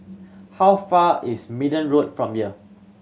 how far is Minden Road from here